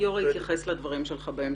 גיורא יתייחס לדברים שלך בהמשך.